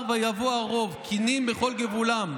אמר ויבֹא ערֹב כנים בכל גבולם.